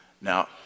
Now